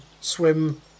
swim